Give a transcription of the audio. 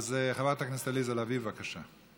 אז חברת הכנסת עליזה לביא, בבקשה.